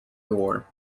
gore